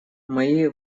мои